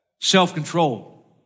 self-control